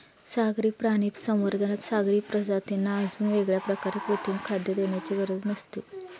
सागरी प्राणी संवर्धनात सागरी प्रजातींना अजून वेगळ्या प्रकारे कृत्रिम खाद्य देण्याची गरज नसते